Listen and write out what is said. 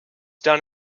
done